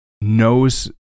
knows